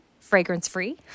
Fragrance-free